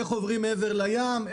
איך עוברים מעבר לים,